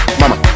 mama